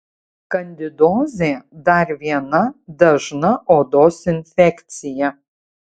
kandidozė dar viena dažna odos infekcija